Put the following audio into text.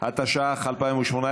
עכשיו, שימו